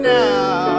now